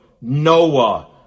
Noah